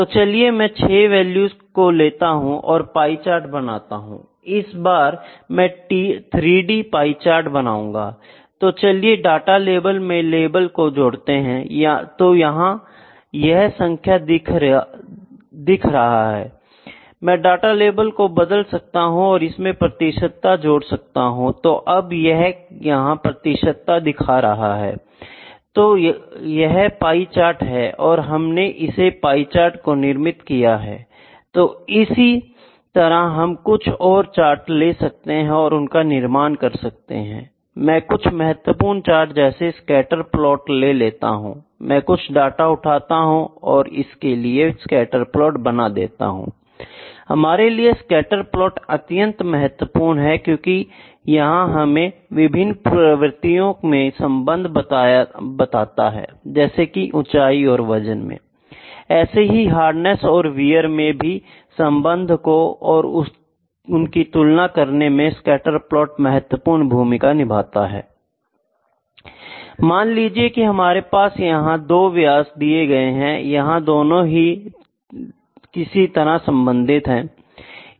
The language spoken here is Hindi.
तो चलिए मैं 6 वैल्यू को लेता हूं और पाई चार्ट बनाता हूं I इस बार में 3D पाई चार्ट बनाऊंगा I तो चलिए डाटा लेबल में लेबल को जोड़ते हैं I तो यह यहां संख्या दिखा रहा है I मैं डाटा लेबल को बदल सकता हूं और इसमें प्रतिशतता जोड़ सकता हूं I तो अब यह यहां प्रतिशतता दिखा रहा है I तो यह पाई चार्ट है और हमने ऐसे पाई चार्ट को निर्मित किया है I तो इसी तरह हम कुछ और चार्ट ले सकते हैं और उनका निर्माण कर सकते हैं I मैं कुछ महत्वपूर्ण चार्ट जैसे कि स्कैटर प्लॉट ले लेता हूं I मैं कुछ डाटा उठाता हूं और इसके लिए स्कैटर प्लॉट बना कर देखता हूं I हमारे लिए स्कैटर प्लॉट अत्यंत महत्वपूर्ण है क्योंकि यह हमें विभिन्न प्रवृत्तियों में संबंध बताता है जैसे कि ऊंचाई और वजन में Iऐसे ही हार्डनेस तथा वियर में भी संबंध को और उनकी तुलना करने में स्कैटर प्लॉट महत्वपूर्ण भूमिका निभाता है I मान लीजिए कि हमारे पास यह दो व्यास दिए गए हैंयह दोनों किस तरह संबंधित है